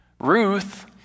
Ruth